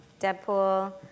Deadpool